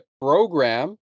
program